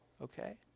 okay